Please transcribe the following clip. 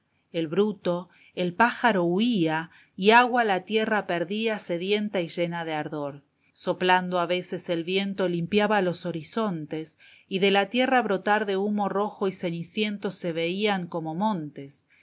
el bruto el pájaro huía y agua la tierra pedía sedienta y llena de ardor esteban echbvehría soplando a veces el viento limpiaba los horizontes y de la tierra brotar de humo rojo y ceniciento se veian como montes y